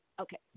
Okay